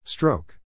Stroke